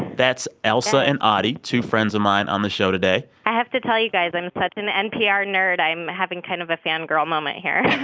that's ailsa and audie, two friends of mine on the show today i have to tell you guys, i'm such an npr nerd. i'm having kind of a fan girl moment here oh,